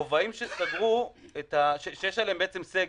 ברבעים שיש עליהם סגר,